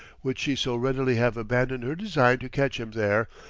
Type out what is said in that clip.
would she so readily have abandoned her design to catch him there,